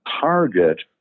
target